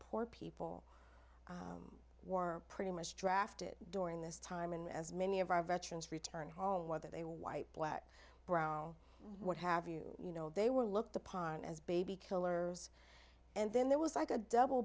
poor people were pretty much drafted during this time and as many of our veterans returned home whether they were white black brown or what have you you know they were looked upon as baby killers and then there was like a double